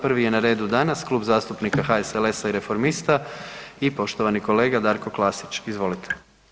Prvi je na redu danas Klub zastupnika HSLS-a i Reformista i poštovani kolega Darko Klasić, izvolite.